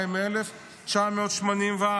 52,984,